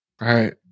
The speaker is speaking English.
right